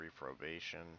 reprobation